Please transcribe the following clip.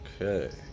okay